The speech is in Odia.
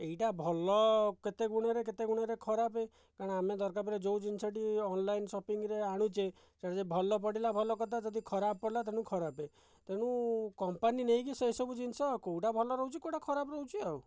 ଏଇଟା ଭଲ କେତେ ଗୁଣରେ କେତେଗୁଣରେ ଖରାପ କାରଣ ଆମେ ଦରକାର ପଡ଼ିଲେ ଯେଉଁ ଜିନିଷଟି ଅନଲାଇନ୍ ସପିଂରେ ଆଣୁଛେ ଯଦି ଭଲ ପଡ଼ିଲା ଭଲ କଥା ଯଦି ଖରାପ ପଡ଼ିଲା ତେଣୁ ଖରାପ ତେଣୁ କମ୍ପାନୀ ନେଇକି ସେସବୁ ଜିନିଷ କେଉଁଟା ଭଲ ରହୁଛି କେଉଁଟା ଖରାପ ରହୁଛି ଆଉ